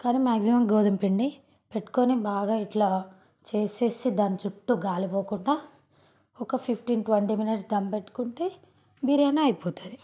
కానీ మాక్సిమమ్ గోధుమ పిండి పెట్టుకుని బాగా ఇట్లా చేసేసి దాని చుట్టూ గాలి పోకుండా ఒక ఫిఫ్టీన్ ట్వంటీ మినిట్స్ ధమ్ పెట్టుకుంటే బిర్యానీ అయిపోతుంది